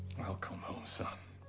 welcome home, son.